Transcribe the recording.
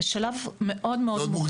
זה שלב מאוד מאוד מוקדם.